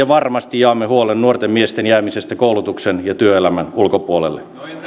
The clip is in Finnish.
varmasti jaamme erityisesti huolen nuorten miesten jäämisestä koulutuksen ja työelämän ulkopuolelle